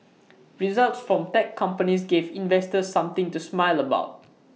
results from tech companies gave investors something to smile about